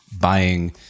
buying